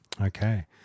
Okay